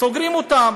סוגרים אותם.